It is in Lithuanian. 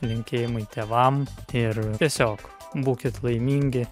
linkėjimai tėvam ir tiesiog būkit laimingi